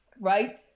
right